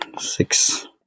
six